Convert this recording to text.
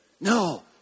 No